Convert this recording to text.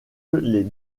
les